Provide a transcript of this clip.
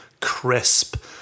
crisp